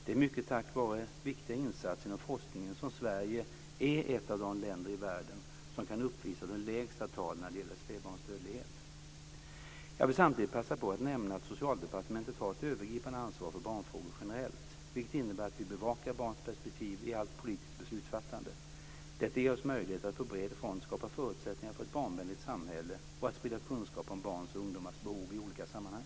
Det är mycket tack vare viktiga insatser inom forskningen som Sverige är ett av de länder i världen som kan uppvisa de lägsta talen när det gäller spädbarnsdödlighet. Jag vill samtidigt passa på att nämna att Socialdepartementet har ett övergripande ansvar för barnfrågor generellt, vilket innebär att vi bevakar barns perspektiv i allt politiskt beslutsfattande. Detta ger oss möjlighet att på bred front skapa förutsättningar för ett barnvänligt samhälle och sprida kunskap om barns och ungdomars behov i olika sammanhang.